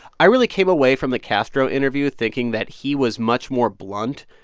i really came away from the castro interview thinking that he was much more blunt,